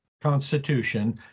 Constitution